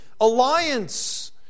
alliance